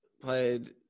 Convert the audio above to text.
Played